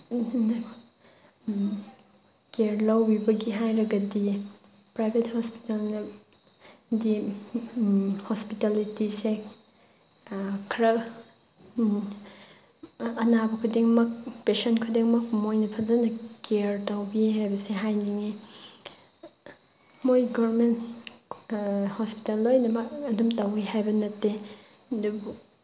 care ꯂꯧꯕꯤꯕꯒꯤ ꯍꯥꯏꯔꯒꯗꯤ private ꯍꯣꯁꯄꯤꯇꯥꯜꯅꯗꯤ ꯍꯣꯁꯄꯤꯇꯥꯂꯤꯇꯤꯁꯦ ꯈꯔ ꯑꯅꯥꯕ ꯈꯨꯗꯤꯡꯃꯛ ꯄꯦꯁꯦꯟ ꯈꯨꯗꯤꯡꯃꯛ ꯃꯣꯏꯅ ꯐꯖꯅ ꯀꯦꯌꯥꯔ ꯇꯧꯕꯤ ꯍꯥꯏꯕꯁꯦ ꯍꯥꯏꯅꯤꯡꯉꯤ ꯃꯣꯏ ꯒꯣꯔꯃꯦꯟ ꯍꯣꯁꯄꯤꯇꯥꯜ ꯂꯣꯏꯅꯃꯛ ꯑꯗꯨꯝ ꯇꯧꯋꯤ ꯍꯥꯏꯕ ꯅꯠꯇꯦ ꯑꯗꯨꯕꯨ